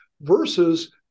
Versus